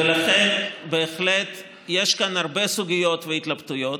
ולכן בהחלט יש כאן הרבה סוגיות והתלבטויות.